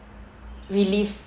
relief